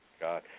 God